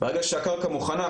ברגע שהקרקע מוכנה,